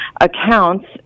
accounts